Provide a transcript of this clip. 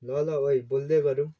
ल ल ओइ बोल्दै गरौँ